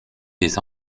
des